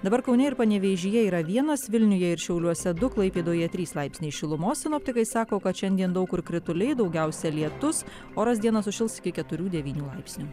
dabar kaune ir panevėžyje yra vienas vilniuje ir šiauliuose du klaipėdoje trys laipsniai šilumos sinoptikai sako kad šiandien daug kur krituliai daugiausia lietus oras dieną sušils iki keturių devynių laipsnių